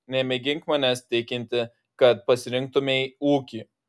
nemėgink manęs tikinti kad pasirinktumei ūkį